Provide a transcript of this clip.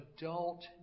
adult